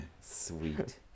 Sweet